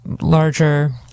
larger